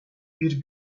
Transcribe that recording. bir